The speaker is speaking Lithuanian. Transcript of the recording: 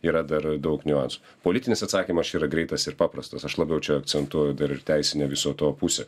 yra dar daug niuansų politinis atsakymas čia yra greitas ir paprastas aš labiau akcentuoju dar ir teisinę viso to pusę